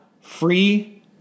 free